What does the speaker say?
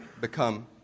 become